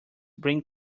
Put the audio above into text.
bring